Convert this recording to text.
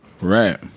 Right